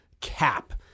cap